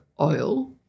oil